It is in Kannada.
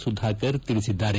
ಸುಧಾಕರ್ ತಿಳಿಸಿದ್ದಾರೆ